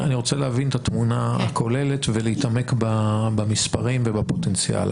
אני רוצה להבין את התמונה הכוללת ולהתעמק במספרים ובפוטנציאל.